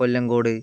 Kollengode